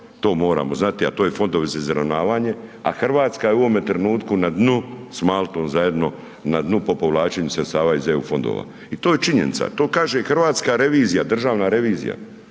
to moramo znati, a to je fondovi za izravnavanje, a Hrvatska je u ovome trenutku na dnu s Maltom zajedno, na dnu po povlačenju sredstava iz EU fondova. I to je činjenica, to kaže i hrvatska revizija, državna revizija